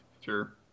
sure